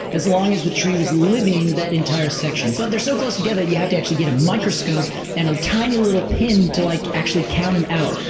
as long as that tree was living that entire section. but they're so close together that you have to actually get a microscope and a tiny little pin to like actually count them out,